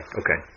okay